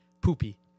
Poopy